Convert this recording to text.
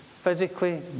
physically